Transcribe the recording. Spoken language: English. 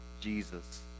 Jesus